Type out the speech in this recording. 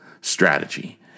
Strategy